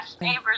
neighbors